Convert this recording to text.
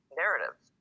narratives